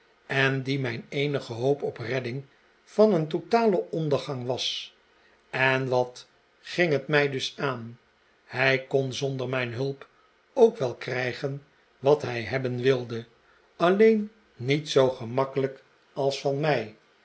en die mijn eenige hoop op redding van een totalen ondergang was en wat ging het mij dus aan hij kon zonder mijn hulp ook wel krijgen wat hij hebben wilde alleen niet zoo gemakkelijk als van mij